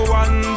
one